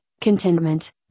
contentment